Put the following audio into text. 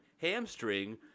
hamstring